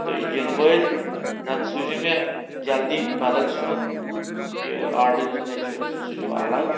تہٕ یِنہٕ وٲلۍ نَتہٕ سوٗزِو مےٚ جلدی بدل سِیُن یہِ آرڈَر یُس مےٚ چھُ سُہ سوٗزِو الگ